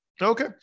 okay